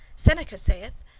seneca saith,